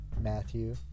Matthew